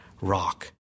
rock